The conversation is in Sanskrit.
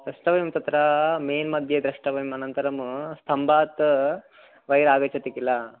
द्रष्टव्यं तत्र मैन्मध्ये द्रष्टव्यम् अनन्तरं स्तम्भात् वयर् आगच्छति किल